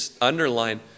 underline